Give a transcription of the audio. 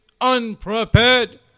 unprepared